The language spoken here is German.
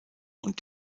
und